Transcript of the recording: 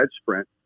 sprint